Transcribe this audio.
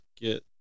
get